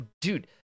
dude